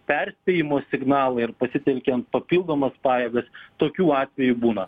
perspėjimo signalą ir pasitelkiant papildomas pajėgas tokių atvejų būna